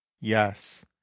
yes